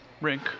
Rink